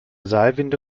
seilwinde